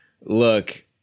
Look